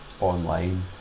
online